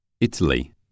Italy